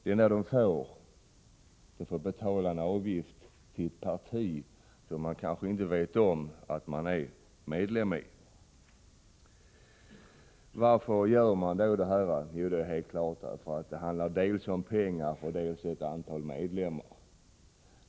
Vad de får är betala en avgift till ett parti, där man kanske inte vet att man är medlem. Varför är det så här? Jo, helt klart därför att det handlar dels om pengar, dels om ett antal medlemmar.